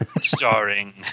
starring